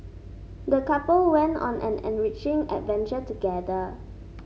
the couple went on an enriching adventure together